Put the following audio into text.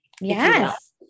Yes